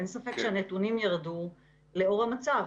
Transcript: אין ספק שהנתונים ירדו לאור המצב.